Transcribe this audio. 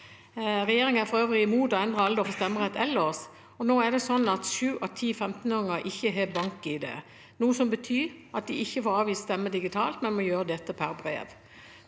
Regjeringen er for øvrig mot å endre alder for stemmerett ellers. Nå er det sånn at sju av ti 15-åringer ikke har bank-ID, noe som betyr at de ikke får avgitt stemme digitalt, men må gjøre dette per brev.